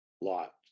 lot